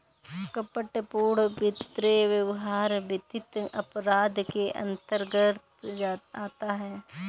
कपटपूर्ण वित्तीय व्यवहार वित्तीय अपराध के अंतर्गत आता है